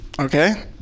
okay